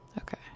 okay